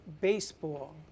baseball